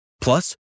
Plus